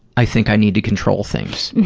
i think i need to control things.